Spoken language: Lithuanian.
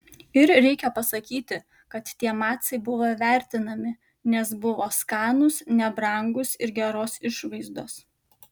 ir reikia pasakyti kad tie macai buvo vertinami nes buvo skanūs nebrangūs ir geros išvaizdos